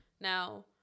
Now